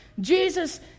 Jesus